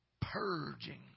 purging